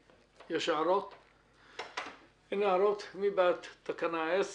מי בעד תקנה 10?